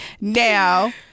Now